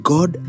God